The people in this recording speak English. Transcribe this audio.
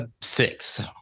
six